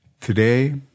Today